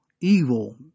evil